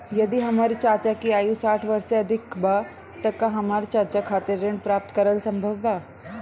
यदि हमर चाचा की आयु साठ वर्ष से अधिक बा त का हमर चाचा खातिर ऋण प्राप्त करल संभव बा